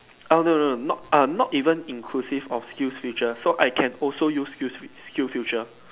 oh no no not um not even inclusive of SkillsFuture so I can also use use skill SkillsFuture